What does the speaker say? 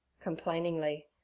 complainingly